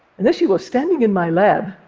and there she was standing in my lab,